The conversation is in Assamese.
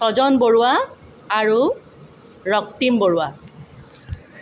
স্বজন বৰুৱা আৰু ৰক্তিম বৰুৱা